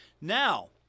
Now